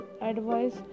advice